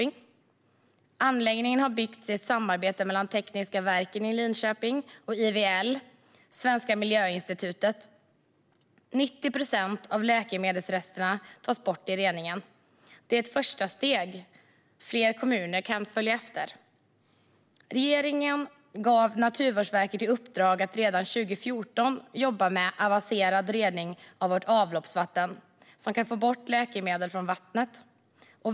Anläggningen har byggts i ett samarbete mellan Tekniska verken i Linköping och IVL, Svenska miljöinstitutet. 90 procent av läkemedelsresterna tas bort i reningen. Det är ett första steg. Fler kommuner kan följa efter. Regeringen gav Naturvårdsverket i uppdrag att redan 2014 jobba med avancerad rening av vårt avloppsvatten som kan få bort läkemedel från vattnet.